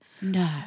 No